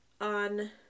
on